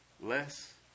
less